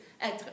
être